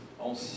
on